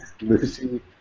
Lucy